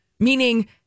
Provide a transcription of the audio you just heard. Meaning